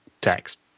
text